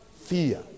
Fear